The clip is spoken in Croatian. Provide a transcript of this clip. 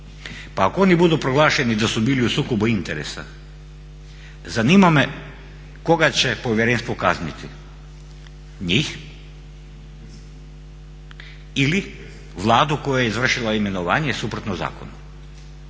Pa ako oni budu proglašeni da su bili u sukobu interesa zanima me koga će povjerenstvo kazniti, njih ili Vladu koja je izvršila imenovanje suprotno zakonu.